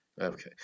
Okay